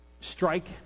strike